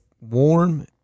warm